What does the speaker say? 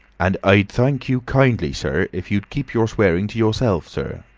and i'd thank you kindly, sir, if you'd keep your swearing to yourself, sir,